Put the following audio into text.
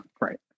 Right